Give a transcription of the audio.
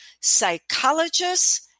psychologists